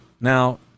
now